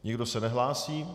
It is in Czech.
Nikdo se nehlásí.